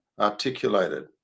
articulated